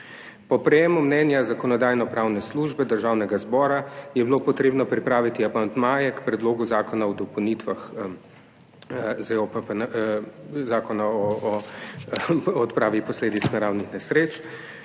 Po prejemu mnenja Zakonodajno-pravne službe Državnega zbora je bilo potrebno pripraviti amandmaje k Predlogu zakona o dopolnitvah Zakona o odpravi posledic naravnih nesreč,